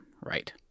right